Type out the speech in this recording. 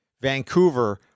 Vancouver